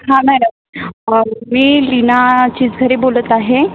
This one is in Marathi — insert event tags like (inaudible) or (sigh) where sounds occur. हां मॅडम मी लीना (unintelligible) बोलत आहे